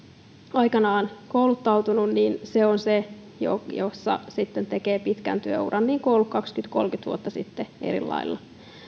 aikanaan kouluttautunut on se jossa sitten tekee pitkän työuran niin kuin on ollut kaksikymmentä viiva kolmekymmentä vuotta sitten eri lailla